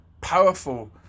powerful